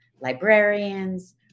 librarians